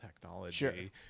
technology